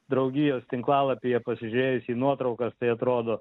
draugijos tinklalapyje pasižiūrėjus į nuotraukas tai atrodo